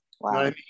Wow